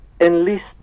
enlist